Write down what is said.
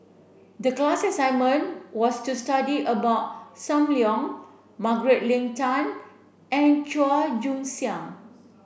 the class assignment was to study about Sam Leong Margaret Leng Tan and Chua Joon Siang